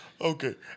Okay